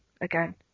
again